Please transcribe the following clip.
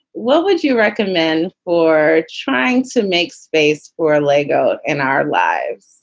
what would you recommend or try to make space or lego in our lives?